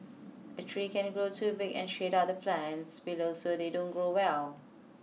a tree can grow too big and shade out the plants below so they don't grow well